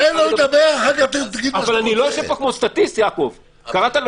תן לו לדבר, אחר כך תגיד מה שאתה רוצה.